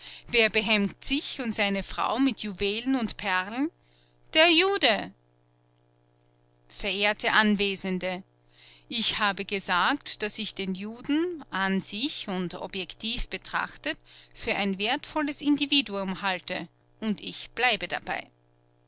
wer behängt sich und seine frau mit juwelen und perlen der jude verehrte anwesende ich habe gesagt daß ich den juden an sich und objektiv betrachtet für ein wertvolles individuum halte und ich bleibe dabei